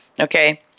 Okay